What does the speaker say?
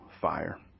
fire